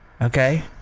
Okay